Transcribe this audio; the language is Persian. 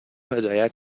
هدایت